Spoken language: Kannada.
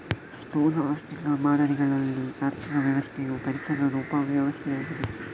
ಸ್ಥೂಲ ಆರ್ಥಿಕ ಮಾದರಿಗಳಲ್ಲಿ ಆರ್ಥಿಕ ವ್ಯವಸ್ಥೆಯು ಪರಿಸರದ ಉಪ ವ್ಯವಸ್ಥೆಯಾಗಿದೆ